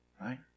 Right